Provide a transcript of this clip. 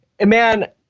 Man